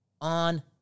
on